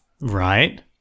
right